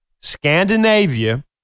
Scandinavia